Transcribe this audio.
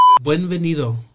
Buenvenido